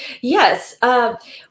Yes